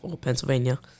Pennsylvania